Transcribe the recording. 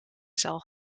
zal